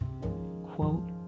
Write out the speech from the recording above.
quote